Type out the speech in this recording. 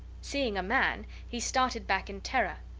seeing a man, he started back in terror.